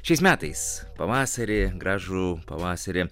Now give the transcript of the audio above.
šiais metais pavasarį gražų pavasarį